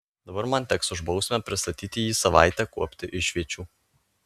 dabar man teks už bausmę pristatyti jį savaitę kuopti išviečių